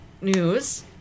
news